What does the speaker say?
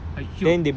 !aiyo!